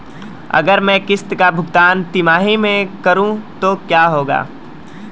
अगर मैं किश्त का भुगतान तिमाही में करूं तो क्या होगा?